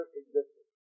existed